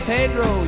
Pedro